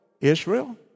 Israel